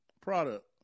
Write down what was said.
product